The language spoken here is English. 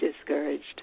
discouraged